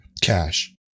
Cash